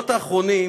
בשבועות האחרונים